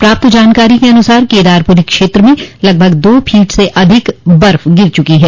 प्राप्त जानकारी के अनुसार केदारपुरी क्षेत्र में लगभग दो फिट से अधिक तक बर्फ गिर चुकी है